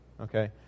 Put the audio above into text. Okay